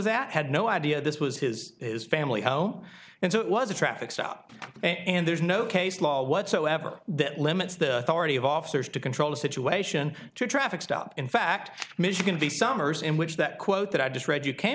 was at had no idea this was his family home and so it was a traffic stop and there's no case law whatsoever that limits the authority of officers to control a situation to a traffic stop in fact michigan the summers in which that quote that i just if you came